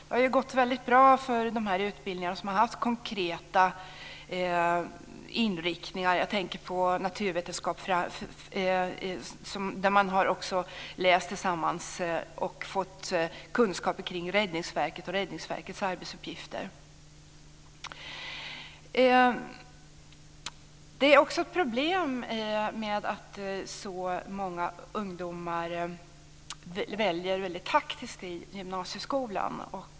Det har ju gått bra för de utbildningar som har haft konkreta inriktningar. Jag tänker på naturvetenskap där man har läst tillsammans och fått kunskaper om Det är också ett problem med att så många ungdomar väljer taktiskt i gymnasieskolan.